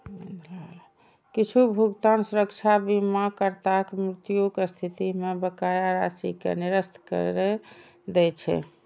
किछु भुगतान सुरक्षा बीमाकर्ताक मृत्युक स्थिति मे बकाया राशि कें निरस्त करै दै छै